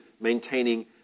maintaining